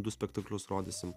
du spektaklius rodysim